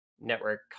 network